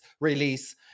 release